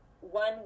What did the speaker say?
one